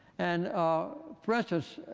and ah for instance,